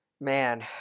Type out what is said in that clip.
Man